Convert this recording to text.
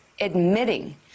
admitting